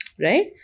right